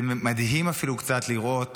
זה אפילו מדהים קצת לראות